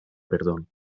perdón